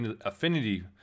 affinity